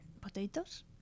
potatoes